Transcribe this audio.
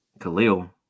Khalil